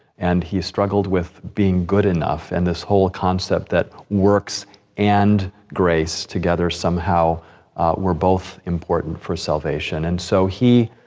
and he struggled with being good enough, and this whole concept that works and grace together somehow were both important for salvation. and so he,